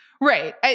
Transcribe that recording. right